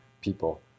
people